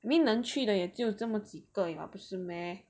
I mean 能去的也就这么几个而已嘛不是 meh